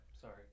Sorry